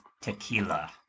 tequila